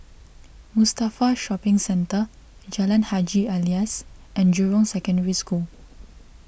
Mustafa Shopping Centre Jalan Haji Alias and Jurong Secondary School